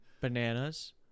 Bananas